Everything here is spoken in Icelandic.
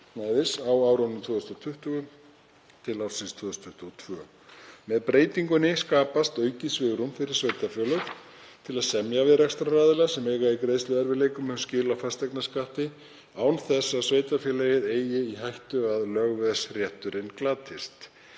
á árunum 2020–2022. Með breytingunni skapast aukið svigrúm fyrir sveitarfélög til að semja við rekstraraðila sem eiga í greiðsluerfiðleikum um skil á fasteignaskatti, án þess að sveitarfélagið eigi í hættu á að lögveðsrétturinn glatist.